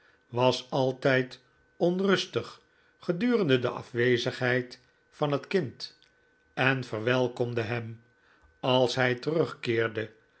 was altijd onrustig gedurende de afwezigheid van het kind en verwelkomde hem als hij terugkeerde